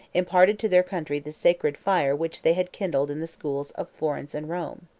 imparted to their country the sacred fire which they had kindled in the schools of florence and rome.